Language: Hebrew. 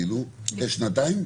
אחרי שנתיים?